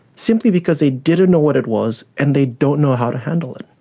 simply because they didn't know what it was and they don't know how to handle it.